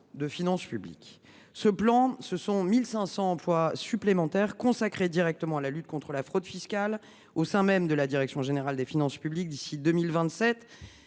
de finances publiques. Ce plan prévoit que 1 500 emplois supplémentaires soient consacrés directement à la lutte contre la fraude fiscale au sein même de la direction générale des finances publiques d’ici à 2027.